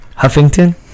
huffington